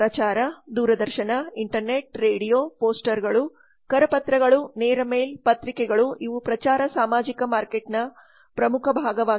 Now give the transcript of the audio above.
ಪ್ರಚಾರ ದೂರದರ್ಶನ internet radio ಪೋಸ್ಟರ್ಗಳು ಕರಪತ್ರಗಳು ನೇರ ಮೇಲ್ ಪತ್ರಿಕೆಗಳು ಇವು ಪ್ರಚಾರ ಸಾಮಾಜಿಕ ಮಾರ್ಕೆಟಿಂಗ್ನ ಪ್ರಮುಖ ಭಾಗವಾಗಿದೆ